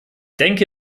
denke